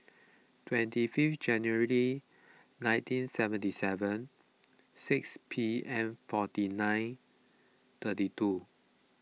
twenty five January nineteen seventy seven six P M forty nine thirty two